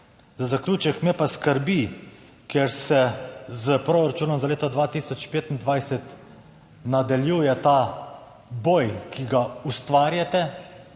Za zaključek me pa skrbi, ker se s proračunom za leto 2025 nadaljuje ta boj, ki ga ustvarjate